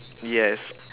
yes